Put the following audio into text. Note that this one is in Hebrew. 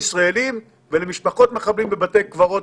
משטרת ישראל עושה את זה בתחומי הקו הירוק.